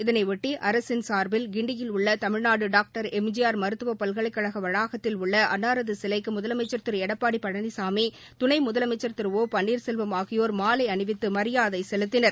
இதனையாட்டி சார்பில் கிண்டியில் உள்ளதமிழ்நாடுடாக்டர் எம் ஜி ஆர் மருத்துவபல்கலைக்கழகவளாகத்தில் உள்ள அன்னாரதுசிலைக்குமுதலமைச்சர் திருஎடப்பாட்பழனிசாமி துணைமுதலமைச்சர் திரு ஒ பள்ளீர்செல்வம் ஆகியோர் மாலைஅணிவித்தமரியாதைசெலுத்தினார்